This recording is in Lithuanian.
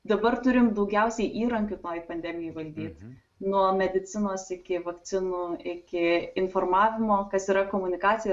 dabar turim daugiausiai įrankių tai pandemijai valdyt nuo medicinos iki vakcinų iki informavimo kas yra komunikacija